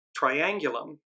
Triangulum